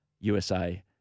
USA